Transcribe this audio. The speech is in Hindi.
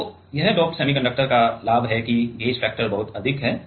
तो यह डोप्ड सेमीकंडक्टर का लाभ है कि गेज फैक्टर बहुत अधिक है